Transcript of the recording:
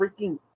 freaking